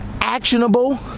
actionable